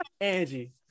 Angie